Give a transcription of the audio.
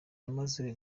yamaze